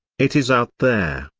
it is out there,